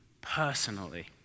personally